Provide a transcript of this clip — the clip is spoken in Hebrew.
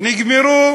נגמרה